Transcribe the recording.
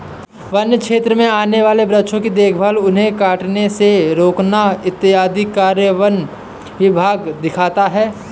वन्य क्षेत्र में आने वाले वृक्षों की देखभाल उन्हें कटने से रोकना इत्यादि कार्य वन विभाग देखता है